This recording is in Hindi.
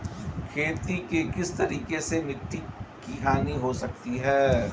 खेती के किस तरीके से मिट्टी की हानि हो सकती है?